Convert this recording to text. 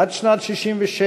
עד שנת 1967,